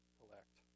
collect